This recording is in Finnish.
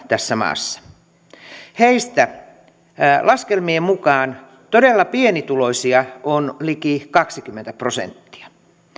tässä maassa heistä laskelmien mukaan todella pienituloisia on liki kaksikymmentä prosenttia